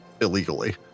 illegally